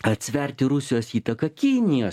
atsverti rusijos įtaką kinijos